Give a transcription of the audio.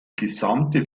gesamte